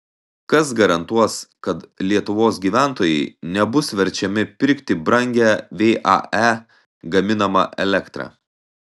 kas garantuos kad lietuvos gyventojai nebus verčiami pirkti brangią vae gaminamą elektrą